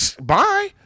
bye